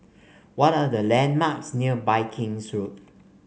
what are the landmarks near Viking's Road